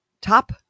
top